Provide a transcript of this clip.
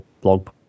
blog